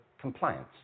compliance